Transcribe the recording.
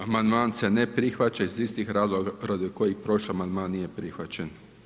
Amandman se ne prihvaća iz istih razloga radi kojih prošli amandman nije prihvaćen.